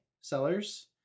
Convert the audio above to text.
sellers